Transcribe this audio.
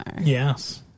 Yes